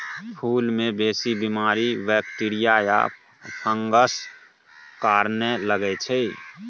फुल मे बेसी बीमारी बैक्टीरिया या फंगसक कारणेँ लगै छै